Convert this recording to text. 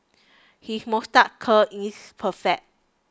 his moustache curl is perfect